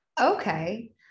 Okay